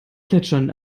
plätschern